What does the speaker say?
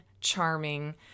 charming